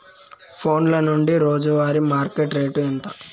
ఫోన్ల నుండి రోజు వారి మార్కెట్ రేటు ఎంత?